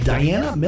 Diana